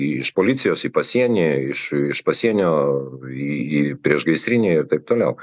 iš policijos į pasienį iš iš pasienio į į priešgaisrinę ir taip toliau